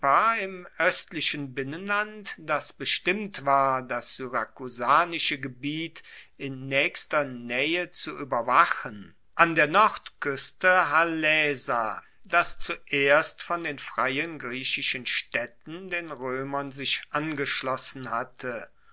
im oestlichen binnenland das bestimmt war das syrakusanische gebiet in naechster naehe zu ueberwachen an der nordkueste halaesa das zuerst von den freien griechischen staedten den roemern sich angeschlossen hatte